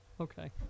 Okay